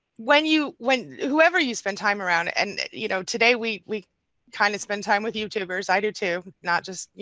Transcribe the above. when you. when. whoever you spend time around and you know today we we kind of spend time with youtubers, i do too, not just you